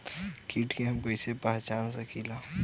कीट के हम कईसे पहचान सकीला